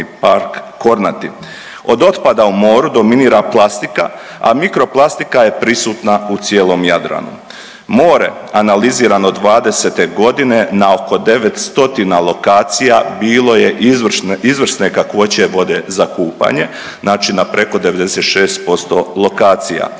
Od otpada u moru dominira plastika, a mikro plastika je prisutna u cijelom Jadranu. More analizirano dvadesete godine na oko 9 stotina lokacija bilo je izvrsne kakvoće vode za kupanje, znači na preko 96% lokacija.